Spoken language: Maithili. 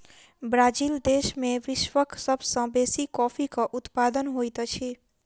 ब्राज़ील देश में विश्वक सब सॅ बेसी कॉफ़ीक उत्पादन होइत अछि